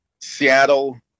Seattle